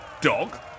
dog